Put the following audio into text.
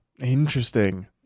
Interesting